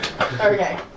Okay